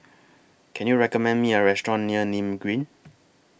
Can YOU recommend Me A Restaurant near Nim Green